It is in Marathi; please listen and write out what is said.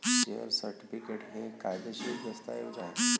शेअर सर्टिफिकेट हे कायदेशीर दस्तऐवज आहे